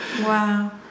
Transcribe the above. Wow